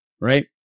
right